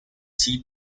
tea